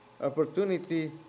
opportunity